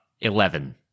Eleven